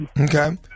Okay